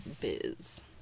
Biz